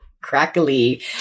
crackly